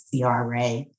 CRA